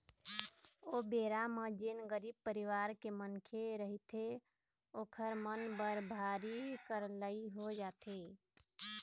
ओ बेरा म जेन गरीब परिवार के मनखे रहिथे ओखर मन बर भारी करलई हो जाथे